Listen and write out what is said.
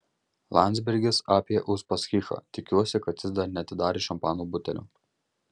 landsbergis apie uspaskichą tikiuosi kad jis dar neatidarė šampano butelio